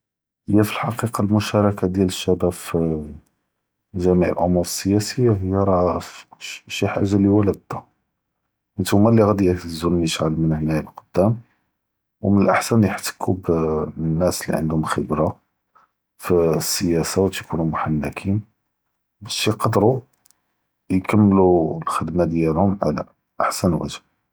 היא פאלחקיקה אלמשארכה דיאל אלשעב פ ג’מיע אמוור סיאסה, היא ראהו שי חאגה אללי וולה, נתומא אללי ראדי יע’תזוו מין ישעל הונהאיה ללקדאם, ו מן אלאחסן יח’תקו ב אנאס אללי ענדהם חיברה פ אלסיאסה ו תיכון מע’נקין באש יקד’רו יכמלו אלח’דמה דיאלهم עלא אחסן וג’.